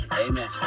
Amen